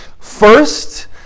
First